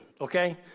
okay